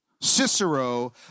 Cicero